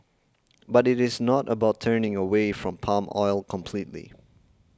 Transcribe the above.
but it is not about turning away from palm oil completely